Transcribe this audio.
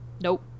Nope